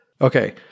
Okay